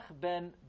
ben